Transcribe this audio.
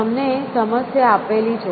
તમને સમસ્યા આપેલી છે